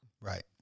Right